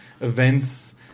events